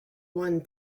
won